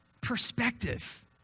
perspective